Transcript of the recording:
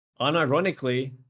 unironically